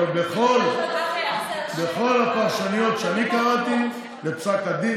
אבל בכל הפרשנויות שאני קראתי לפסק הדין,